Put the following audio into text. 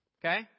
Okay